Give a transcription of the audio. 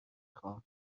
خوام